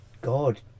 God